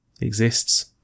Exists